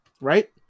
Right